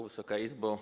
Wysoka Izbo!